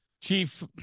Chief